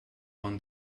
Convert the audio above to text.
won